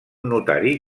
notari